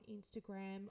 Instagram